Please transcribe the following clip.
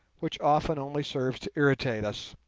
which often only serves to irritate us.